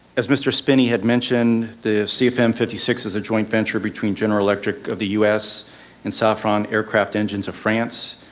as mr. spinney had mentioned, the c f m five six is a joint venture between general electric of the us and safran aircraft engines of france.